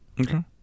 okay